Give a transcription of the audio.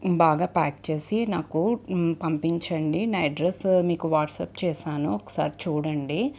బాగా ప్యాక్ చేసి నాకు పంపించండి నా అడ్రెస్స్ మీకు వాట్సాప్ చేశాను ఒకసారి చూడండి